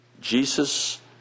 Jesus